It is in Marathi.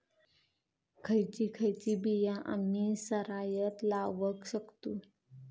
खयची खयची बिया आम्ही सरायत लावक शकतु?